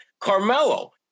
Carmelo